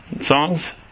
songs